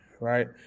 right